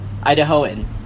Idahoan